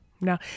no